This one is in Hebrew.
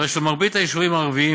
הרי למרבית היישובים הערביים,